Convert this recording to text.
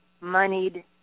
moneyed